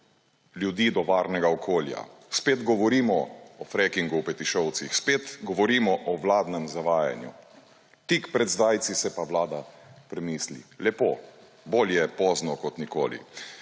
ljudi do varnega okolja. Spet govorimo o frackingu v Petišovcih, spet govorimo o vladnem zavajanju. Tik pred zdajci se pa vlada premisli. Lepo, bolje pozno kot nikoli.